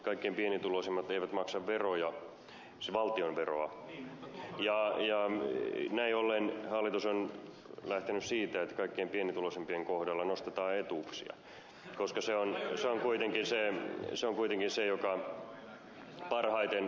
kaikkein pienituloisimmat eivät maksa veroja valtionveroa ja näin ollen hallitus on lähtenyt siitä että kaikkein pienituloisimpien kohdalla nostetaan etuuksia koska se on kuitenkin se joka parhaiten toimii